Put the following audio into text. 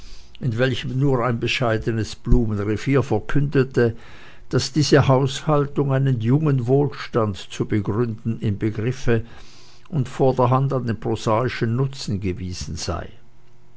in welchem nur ein bescheidenes blumenrevier verkündete daß diese haushaltung einen jungen wohlstand zu begründen im begriffe und vorderhand an den prosaischen nutzen gewiesen sei